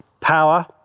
power